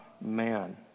man